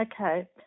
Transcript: Okay